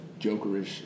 Jokerish